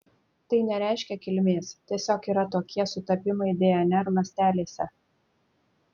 tai nereiškia kilmės tiesiog yra tokie sutapimai dnr ląstelėse